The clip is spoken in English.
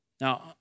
Now